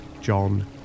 John